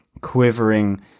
quivering